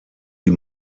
die